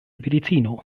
medicino